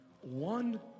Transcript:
one